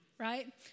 Right